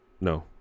No